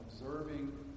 observing